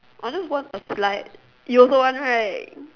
I just want applied you also want right